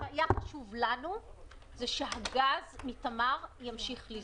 לנו היה חשוב שהגז מתמר ימשיך לזרום.